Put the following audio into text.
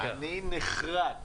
אני נחרד